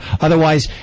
Otherwise